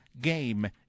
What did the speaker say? game